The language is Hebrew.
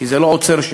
כי זה לא עוצר שם,